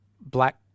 black